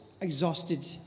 exhausted